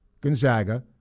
Gonzaga